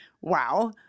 Wow